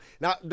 Now